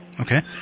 Okay